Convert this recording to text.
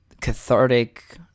cathartic